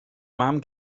mam